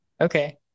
Okay